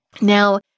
Now